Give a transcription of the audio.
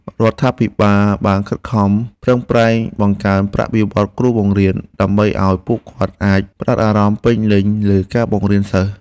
រដ្ឋាភិបាលបានខិតខំប្រឹងប្រែងបង្កើនប្រាក់បៀវត្សរ៍គ្រូបង្រៀនដើម្បីឱ្យពួកគាត់អាចផ្តោតអារម្មណ៍ពេញលេញលើការបង្រៀនសិស្ស។